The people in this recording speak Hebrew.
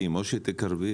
מקלב: